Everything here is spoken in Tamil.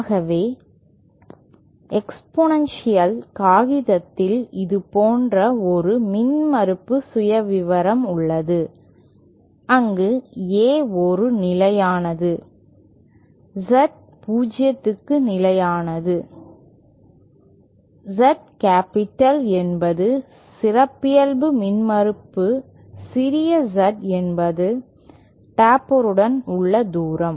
ஆகவே எக்ஸ்பொனென்ஷியல் காகிதத்தில் இது போன்ற ஒரு மின்மறுப்பு சுயவிவரம் உள்ளது அங்கு A ஒரு நிலையானது Z 0 நிலையானது Z கேப்பிட்டல் என்பது சிறப்பியல்பு மின்மறுப்பு சிறிய Z என்பது டேப்பருடன் உள்ள தூரம்